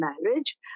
marriage